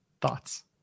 Thoughts